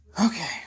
Okay